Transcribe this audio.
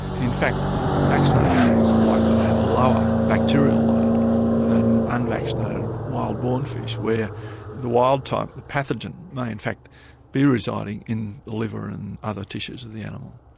in fact vaccinated animals are likely to have a lower bacterial load than unvaccinated wild born fish where the wild type, the pathogen, may in fact be residing in the liver and other tissues of the animal.